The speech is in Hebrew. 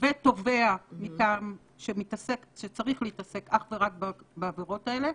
ותובע שצריך להתעסק אך ורק בעבירות האלה.